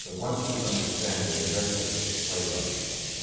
once you understand you're a vessel for the playwright that's right.